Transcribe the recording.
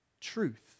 truth